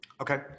Okay